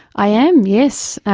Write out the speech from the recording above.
i am, yes,